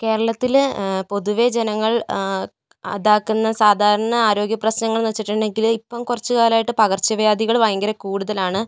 കേരളത്തിൽ പൊതുവേ ജനങ്ങൾ അതാക്കുന്ന സാധാരണ ആരോഗ്യ പ്രശ്നങ്ങൾ എന്ന് വെച്ചിട്ടുണ്ടെങ്കിൽ ഇപ്പോൾ കുറച്ച് കാലമായിട്ട് പകർച്ച വ്യാധികൾ ഭയങ്കര കൂടുതലാണ്